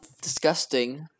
Disgusting